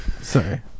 Sorry